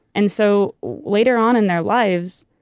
and so later on in their lives,